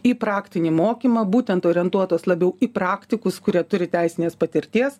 į praktinį mokymą būtent orientuotos labiau į praktikus kurie turi teisinės patirties